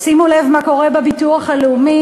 שימו לב מה קורה בביטוח לאומי,